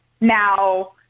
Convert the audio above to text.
now